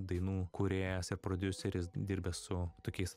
dainų kūrėjas ir prodiuseris dirbęs su tokiais